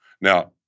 Now